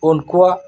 ᱩᱱᱠᱩᱣᱟᱜ